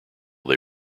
they